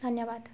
ଧନ୍ୟବାଦ